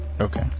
Okay